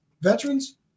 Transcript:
Veterans